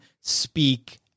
speak